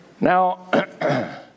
Now